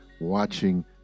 watching